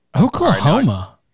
Oklahoma